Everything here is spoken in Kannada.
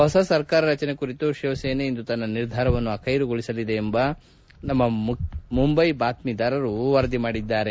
ಹೊಸ ಸರ್ಕಾರ ರಚನೆ ಕುರಿತು ಶಿವಸೇನೆ ಇಂದು ತನ್ನ ನಿರ್ಧಾರವನ್ನು ಆಖ್ಯೆರುಗೊಳಿಸಲಿದೆ ಎಂದು ನಮ್ಮ ಮುಂಬೈ ಬಾತ್ಟೀದಾರರು ವರದಿ ಮಾಡಿದ್ದಾರೆ